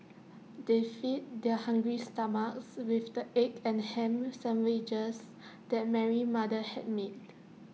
they fed their hungry stomachs with the egg and Ham Sandwiches that Mary's mother had made